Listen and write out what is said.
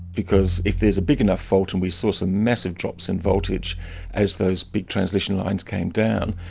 because if there's a big enough fault, and we saw some massive drops in voltage as those big transmission lines came down,